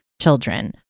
children